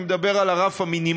אני מדבר על הרף המינימלי,